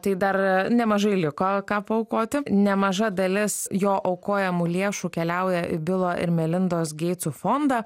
tai dar nemažai liko ką paaukoti nemaža dalis jo aukojamų lėšų keliauja į bilo ir melindos geitsų fondą